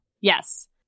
yes